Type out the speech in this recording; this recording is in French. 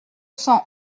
cent